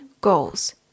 goals